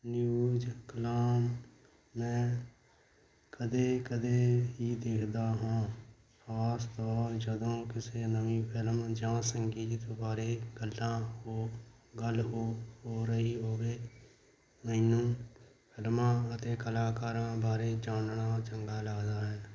news column ਮੈਂ ਕਦੇ ਕਦੇ ਹੀ ਦੇਖਦਾ ਹਾਂ ਖਾਸ ਤੌਰ ਜਦੋਂ ਕਿਸੇ ਨਵੀਂ ਫਿਲਮ ਜਾਂ ਸੰਗੀਤ ਬਾਰੇ ਗੱਲਾਂ ਹੋ ਗੱਲ ਹੋ ਰਹੀ ਹੋਵੇ ਮੈਨੂੰ ਰਮਾ ਅਤੇ ਕਲਾਕਾਰਾਂ ਬਾਰੇ ਜਾਨਣਾ ਚੰਗਾ ਲੱਗਦਾ ਹੈ